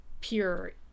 Pure